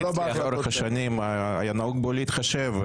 ----- שלאורך השנים היה נהוג להתחשב,